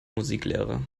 musiklehrer